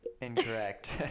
Incorrect